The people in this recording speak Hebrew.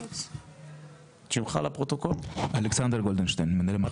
אלכסנדר גולדנשטיין, מנהל מחלקה.